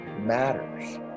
matters